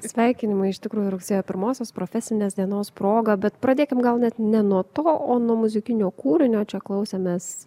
sveikinimai iš tikro ir rugsėjo pirmosios profesinės dienos proga bet pradėkime gal net ne nuo to o nuo muzikinio kūrinio čia klausėmės